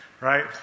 right